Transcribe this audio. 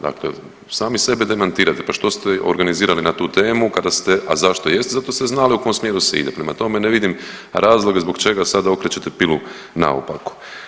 Dakle sami sebe demantirate, pa što ste organizirali na tu temu kada ste, a zašto jeste, zato što ste znali u kom smjeru se ide, prema tome, ne vidim razloge zbog čega sada okrećete pilu naopako.